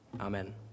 Amen